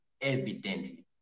evidently